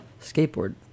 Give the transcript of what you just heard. skateboard